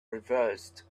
reversed